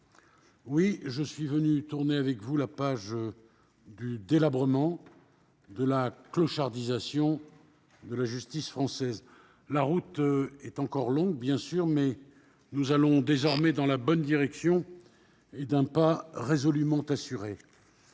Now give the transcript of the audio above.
Oui, je suis venu tourner avec vous la page du délabrement, de la « clochardisation » de la justice française ! La route est encore longue, bien sûr, mais nous allons désormais dans la bonne direction, d'un pas résolument assuré.